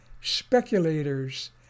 speculators